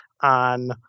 on